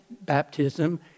baptism